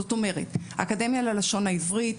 זאת אומרת האקדמיה ללשון העברית,